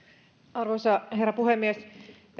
arvoisa herra puhemies